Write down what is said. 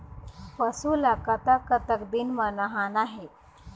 पशु ला कतक कतक दिन म नहाना हे?